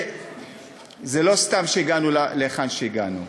זה לא סתם שהגענו להיכן שהגענו.